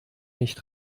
nicht